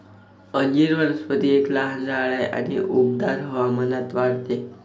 अंजीर वनस्पती एक लहान झाड आहे आणि उबदार हवामानात वाढते